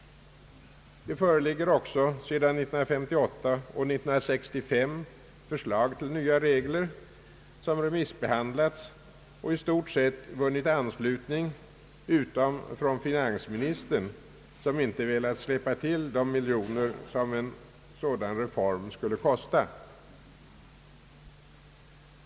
Det föreligger även sedan år 1958 och år 1965 förslag till nya regler, som remissbehandlats och i stort sett vunnit anslutning utom från finansministern, som inte velat släppa till de miljoner som en sådan reform skulle kosta.